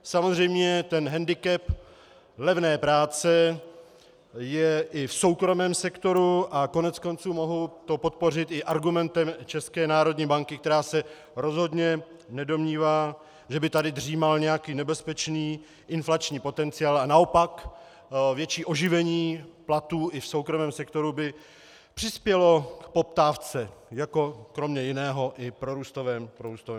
Samozřejmě hendikep levné práce je i v soukromém sektoru a koneckonců to mohu podpořit i argumentem České národní banky, která se rozhodně nedomnívá, že by tady dřímal nějaký nebezpečný inflační potenciál, a naopak větší oživení platů i v soukromém sektoru by přispělo k poptávce jako kromě jiného i prorůstového faktoru.